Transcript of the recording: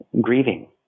grieving